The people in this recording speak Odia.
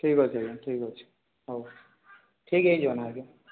ଠିକ୍ ଅଛି ଆଜ୍ଞା ଠିକ୍ ଅଛି ହଉ ଠିକ୍ ହେଇଯିବ ନା ଆଜ୍ଞା